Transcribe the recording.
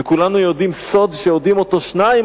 וכולנו יודעים: סוד שיודעים אותו שניים,